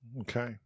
Okay